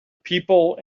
people